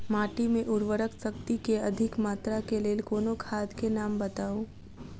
माटि मे उर्वरक शक्ति केँ अधिक मात्रा केँ लेल कोनो खाद केँ नाम बताऊ?